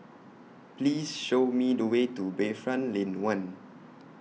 Please Show Me The Way to Bayfront Lane one